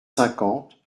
cinquante